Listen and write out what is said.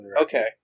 okay